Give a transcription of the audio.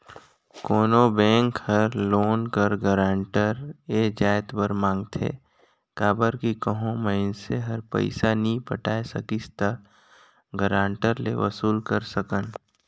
कोनो बेंक हर लोन कर गारंटर ए जाएत बर मांगथे काबर कि कहों मइनसे हर पइसा नी पटाए सकिस ता गारंटर ले वसूल कर सकन